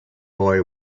boy